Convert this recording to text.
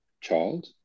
child